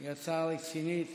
היא הצעה רצינית